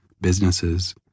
businesses